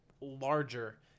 larger